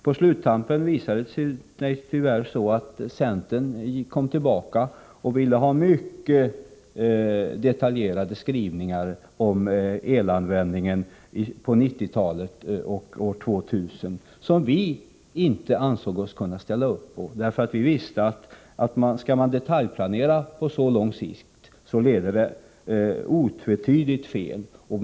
På sluttampen kom centern tyvärr tillbaka och ville ha mycket detaljerade skrivningar om elanvändningen på 1990-talet och efter år 2000, vilket vi inte ansåg oss kunna ställa upp på. Vi visste att detaljplanering på så lång sikt helt säkert leder fel.